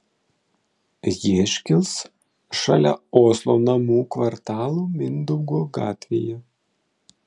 ji iškils šalia oslo namų kvartalo mindaugo gatvėje